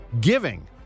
giving